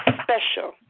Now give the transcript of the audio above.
special